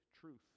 truth